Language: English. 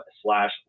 slash